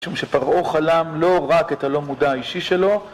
משום שפרעה חלם לא רק את הלא מודע האישי שלו